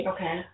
Okay